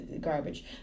garbage